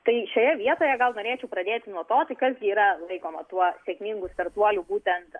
tai šioje vietoje gal norėčiau pradėti nuo to tai kas yra laikoma tuo sėkmingu startuoliu būtent